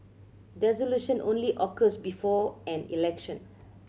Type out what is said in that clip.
dissolution only occurs before an election